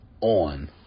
on